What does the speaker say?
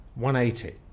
180